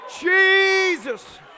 Jesus